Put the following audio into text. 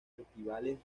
festivales